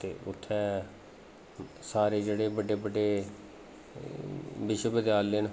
ते उत्थै सारे जेह्ड़े बड्डे बड्डे विश्व विद्यालय न ते उत्थैं